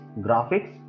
graphics